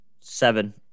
Seven